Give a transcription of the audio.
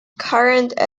current